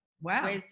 Wow